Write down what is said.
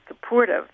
supportive